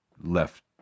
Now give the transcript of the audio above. left